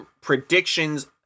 predictions